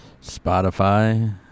Spotify